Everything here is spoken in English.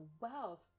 wealth